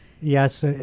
Yes